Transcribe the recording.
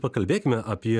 pakalbėkime apie